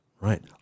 right